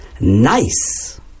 nice